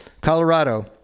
Colorado